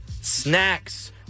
Snacks